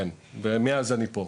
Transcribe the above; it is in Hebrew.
כן, ומאז אני פה.